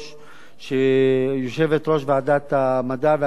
יושבת-ראש ועדת המדע והטכנולוגיה,